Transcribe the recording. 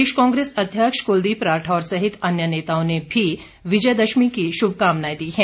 प्रदेश कांग्रेस अध्यक्ष कुलदीप राठौर सहित अन्य नेताओं ने भी विजय दशमी की शुभकामनाएं दी हैं